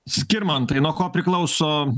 skirmantai nuo ko priklauso